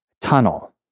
tunnel